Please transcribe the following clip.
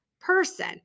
person